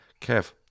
Kev